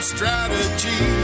Strategy